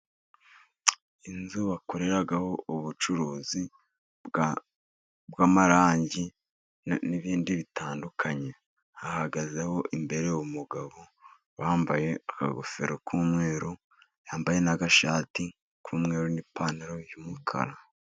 Inzu bakoreraho ubucuruzi bw'amarangi, n'ibindi bitandukanye. Hahagazeho imbere umugabo wambaye ingofero y'umweru, yambaye agashati k'umweru n'ipantaro' y'umukara.